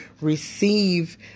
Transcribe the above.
receive